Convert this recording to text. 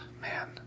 man